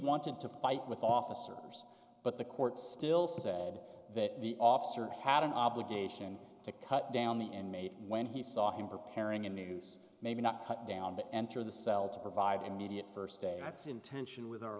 wanted to fight with officers but the court still said that the officer had an obligation to cut down the inmate when he saw him preparing a noose maybe not cut down but enter the cell to provide immediate first day that's in tension with our